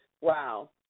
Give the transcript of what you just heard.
Wow